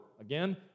Again